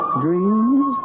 dreams